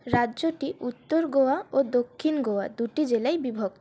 রাজ্যটি উত্তর গোয়া ও দক্ষিণ গোয়া দুটি জেলায় বিভক্ত